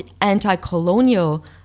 anti-colonial